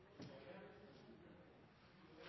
berge